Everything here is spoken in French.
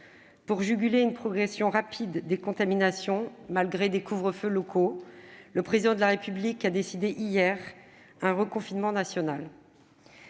Pour juguler une progression rapide des contaminations, malgré des couvre-feux locaux, le Président de la République a décidé hier un reconfinement national.